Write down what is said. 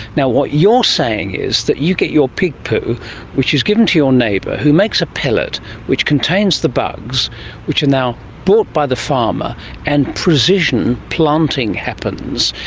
what you're saying is that you get your pig poo which is given to your neighbour who makes a pellet which contains the bugs which are now bought by the farmer and precision planting happens,